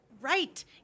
right